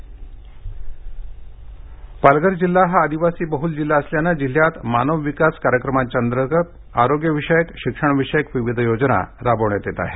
बडित मजरी पालघर पीटीसी पालघर जिल्हा हा आदिवासी बहुल जिल्हा असल्यानं जिल्हयात मानव विकास कार्यक्रमांतर्गत आरोग्यविषयक शिक्षणविषयक विविध योजना राबविण्यात येत आहेत